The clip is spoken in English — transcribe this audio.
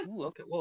Okay